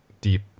deep